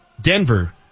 Denver